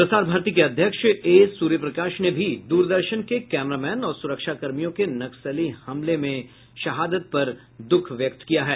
प्रसार भारती के अध्यक्ष ए सूर्यप्रकाश ने भी दूरदर्शन के कैमरामैन और सुरक्षाकर्मियों के नक्सली हमले की शहादत पर दुख व्यक्त किया है